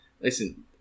Listen